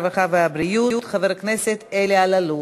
הרווחה והבריאות חבר הכנסת אלי אלאלוף.